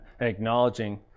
acknowledging